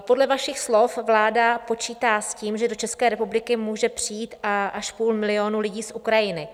Podle vašich slov vláda počítá s tím, že do České republiky může přijít až půl milionu lidí z Ukrajiny.